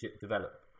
develop